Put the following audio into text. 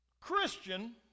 Christian